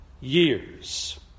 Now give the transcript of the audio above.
years